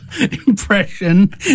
Impression